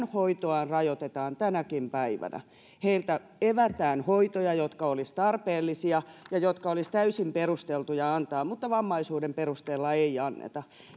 hoitoa rajoitetaan tänäkin päivänä heiltä evätään hoitoja jotka olisivat tarpeellisia ja jotka olisivat täysin perusteltuja antaa mutta joita vammaisuuden perusteella ei anneta